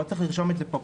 לא צריך לרשום את זה כאן.